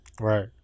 Right